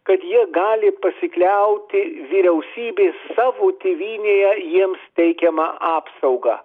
kad jie gali pasikliauti vyriausybės savo tėvynėje jiems teikiama apsauga